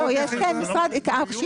יש גם כל מיני הארכות יחידה.